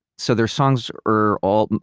so their songs are all,